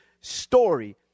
story